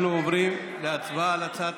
אנחנו עוברים להצבעה על הצעת